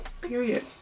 Period